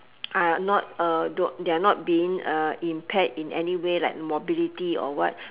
not don't they're not being impaired in anyway like mobility or what